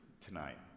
tonight